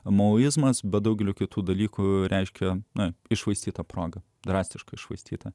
maoizmas bet daugeliu kitų dalykų reiškia na iššvaistyta proga drastiškai iššvaistyta